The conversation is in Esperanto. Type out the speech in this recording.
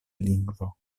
lingvo